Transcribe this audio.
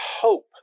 hope